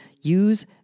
use